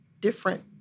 different